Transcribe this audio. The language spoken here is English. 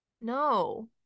No